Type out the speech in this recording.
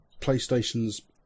PlayStation's